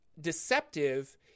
deceptive